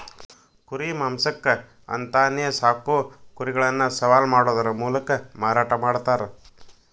ಕುರಿ ಮಾಂಸಕ್ಕ ಅಂತಾನೆ ಸಾಕೋ ಕುರಿಗಳನ್ನ ಸವಾಲ್ ಮಾಡೋದರ ಮೂಲಕ ಮಾರಾಟ ಮಾಡ್ತಾರ